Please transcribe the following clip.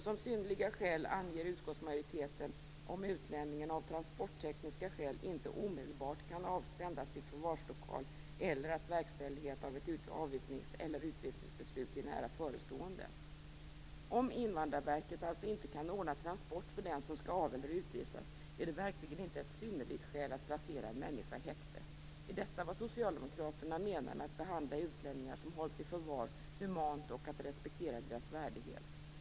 Som synnerliga skäl anger utskottsmajoriteten om utlänningen av transporttekniska skäl inte omedelbart kan sändas till förvarslokal eller att verkställighet av ett avvisningseller utvisningsbeslut är nära förestående. Om Invandrarverket inte kan ordna transport för den som skall av eller utvisas är det verkligen inte ett synnerligt skäl att placera en människa i häkte! Är detta vad Socialdemokraterna menar med att behandla utlänningar som hålls i förvar humant, och att respektera deras värdighet?